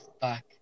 back